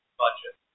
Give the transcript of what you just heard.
budget